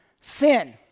Sin